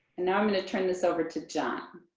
and now i'm gonna turn this over to john.